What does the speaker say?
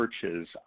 churches